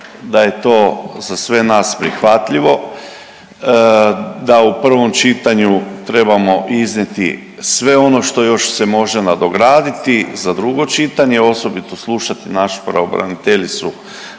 da je to za sve nas prihvatljivo, da u prvom čitanju trebamo iznijeti sve ono što još se može nadograditi za drugo čitanje, osobito slušati našu pravobraniteljicu